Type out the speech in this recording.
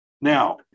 Now